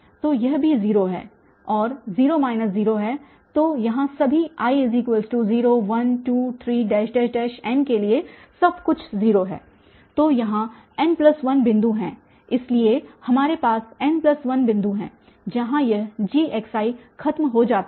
तो यह भी 0 है और 0 माइनस 0 है तो यहाँ सभी i 0 1 2 3 n के लिए सब कुछ 0 है तो यहाँ n1 बिंदु हैं इसलिए यहाँ हमारे पास n1 बिंदु हैं जहां यह G खत्म हो जाता है